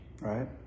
right